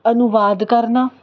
ਅਨੁਵਾਦ ਕਰਨਾ